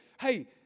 hey